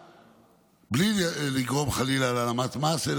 בלי לגרום חלילה להעלמת מס,